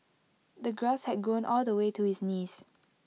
the grass had grown all the way to his knees